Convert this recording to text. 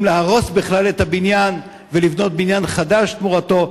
להרוס בכלל את הבניין ולבנות בניין חדש תמורתו.